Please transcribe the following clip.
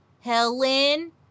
Helen